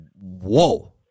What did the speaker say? whoa